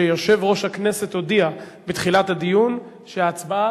שיושב-ראש הכנסת הודיע בתחילת הדיון שההצבעה